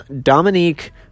Dominique